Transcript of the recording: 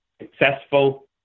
successful